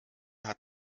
hat